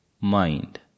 mind